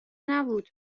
نبود